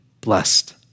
blessed